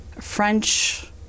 French